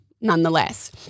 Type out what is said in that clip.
nonetheless